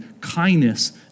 kindness